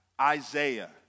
Isaiah